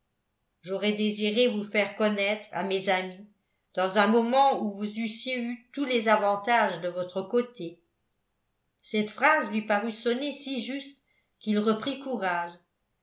j'aurais désiré vous faire connaître à mes amis dans un moment où vous eussiez eu tous les avantages de votre côté cette phrase lui parut sonner si juste qu'il reprit courage